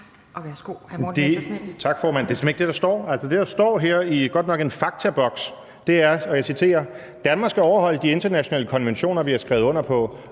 det, der står her – godt nok i en faktaboks – er, og jeg citerer: »Danmark skal overholde de internationale konventioner, vi har skrevet under på.